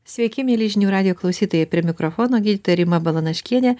sveiki mieli žinių radijo klausytojai prie mikrofono gydytoja rima balanaškienė